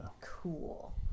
cool